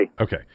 Okay